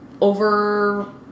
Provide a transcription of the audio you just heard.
over